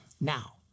Now